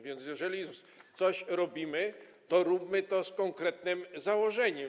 Więc jeżeli coś robimy, to róbmy to z konkretnym założeniem.